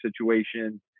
situation